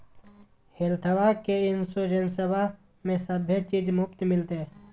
हेल्थबा के इंसोरेंसबा में सभे चीज मुफ्त मिलते?